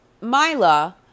Mila